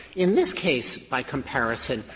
in this case, by comparison,